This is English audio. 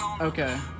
Okay